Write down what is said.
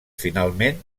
finalment